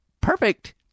perfect